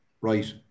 right